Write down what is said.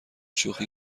شوخی